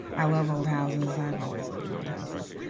i love old houses. i've always lived in old houses.